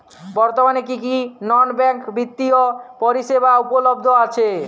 বর্তমানে কী কী নন ব্যাঙ্ক বিত্তীয় পরিষেবা উপলব্ধ আছে?